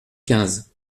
quinze